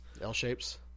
L-shapes